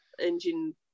engine